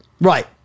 Right